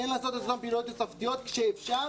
כן לעשות את אותן פעילויות תוספתיות כשאפשר,